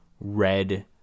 red